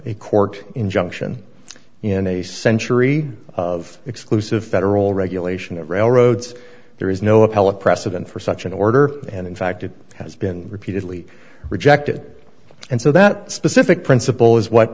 a court injunction in a century of exclusive federal regulation of railroads there is no appellate precedent for such an order and in fact it has been repeatedly rejected and so that specific principle is what